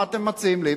מה אתם מציעים לי?